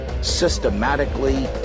systematically